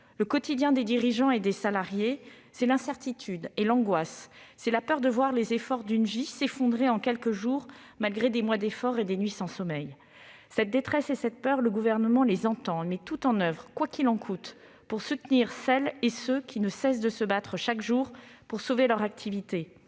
Le quotidien des dirigeants et des salariés, dans ce contexte, ce sont l'incertitude et l'angoisse, la peur de voir les efforts d'une vie s'effondrer en quelques jours, malgré des mois de lutte et des nuits sans sommeil. Cette détresse et cette peur, le Gouvernement les entend. Il met tout en oeuvre, quoi qu'il en coûte, pour soutenir celles et ceux qui ne cessent de se battre, chaque jour, pour sauver leur activité